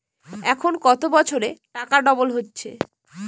এখন কত বছরে টাকা ডবল হচ্ছে?